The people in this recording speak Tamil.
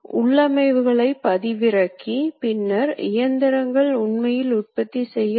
ஒரு காகித டேப் குத்தப்பட்டால் அதை படிக்க ஒரு காகித டேப் ரீடர் வேண்டும்